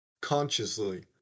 consciously